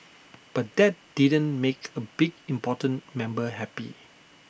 but that didn't make A big important member happy